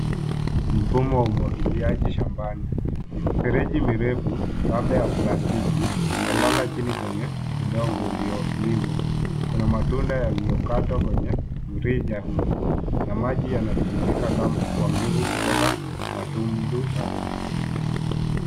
Mfumo wa umwagiliaji shambani. Mifereji mirefu labda ya plastiki imelala chini kwenye udongo uliolimwa. Kuna matunda yaliyokatwa kwenye mrija huo na maji yanatiririka kwa guvu kutoka matundu hayo.